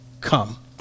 come